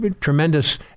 tremendous